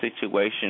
situation